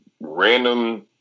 random